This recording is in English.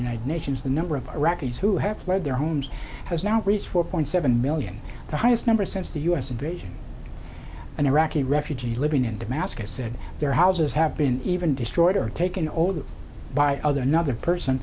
united nations the number of iraqis who have fled their homes has now reached four point seven million the highest number since the us invasion and iraqi refugees living in damascus said their houses have been even destroyed or taken all the by other another person